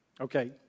Okay